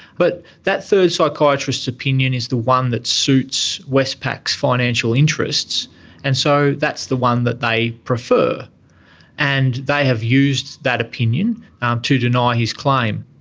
but that third psychiatrist's opinion is the one that suits westpac's financial interests and so that's the one that they prefer and they have used that opinion um to deny his claim.